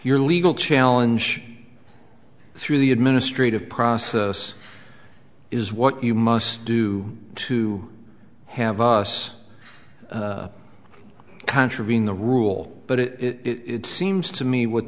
your legal challenge through the administrative process is what you must do to have us contravene the rule but it seems to me what